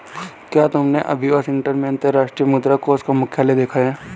क्या तुमने कभी वाशिंगटन में अंतर्राष्ट्रीय मुद्रा कोष का मुख्यालय देखा है?